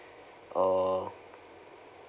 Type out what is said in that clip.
uh